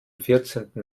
vierzehnten